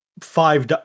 five